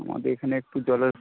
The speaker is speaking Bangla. আমাদের এখানে একটু জলের